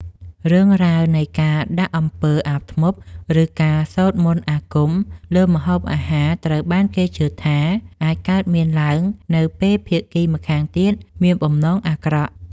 រឿងរ៉ាវនៃការដាក់អំពើអាបធ្មប់ឬការសូត្រមន្តអាគមលើម្ហូបអាហារត្រូវបានគេជឿថាអាចកើតមានឡើងនៅពេលភាគីម្ខាងទៀតមានបំណងអាក្រក់។